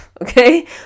okay